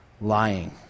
lying